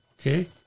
Okay